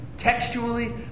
textually